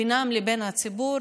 בינם לבין הציבור,